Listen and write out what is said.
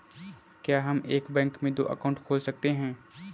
क्या हम एक बैंक में दो अकाउंट खोल सकते हैं?